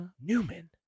Newman